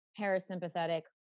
parasympathetic